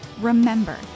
Remember